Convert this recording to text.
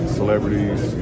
celebrities